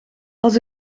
als